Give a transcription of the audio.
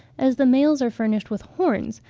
as the males are furnished with horns,